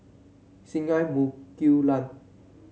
Singai Mukilan